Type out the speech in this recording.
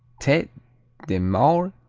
tete de maure,